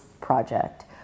Project